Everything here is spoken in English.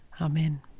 Amen